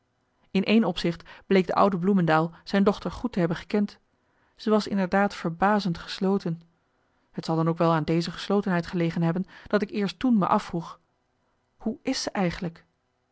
in één opzicht bleek de oude bloemendael zijn dochter goed te hebben gekend ze was inderdaad verbazend gesloten het zal dan ook wel aan deze geslotenheid gelegen hebben dat ik eerst toen me afvroeg hoe is ze eigenlijk